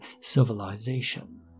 civilization